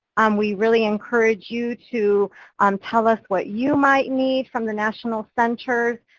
we really encourage you to um tell us what you might need from the national centers.